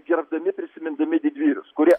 gerbdami prisimindami didvyrius kurie